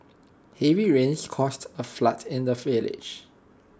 heavy rains caused A flood in the village